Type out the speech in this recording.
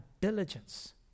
diligence